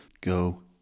go